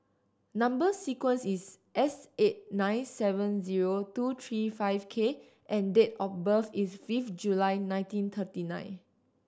number sequence is S eight nine seven zero two three five K and date of birth is fifth July nineteen thirty nine